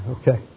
Okay